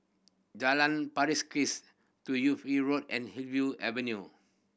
Jalan Pari Kikis Yi Road and Hillview Avenue